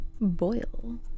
Boil